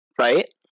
Right